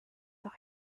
doch